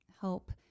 help